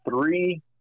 three